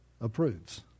approves